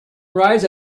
rides